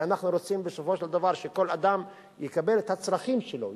הרי אנחנו רוצים בסופו של דבר שכל אדם יקבל את הצרכים שלו,